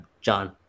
John